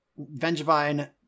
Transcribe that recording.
Vengevine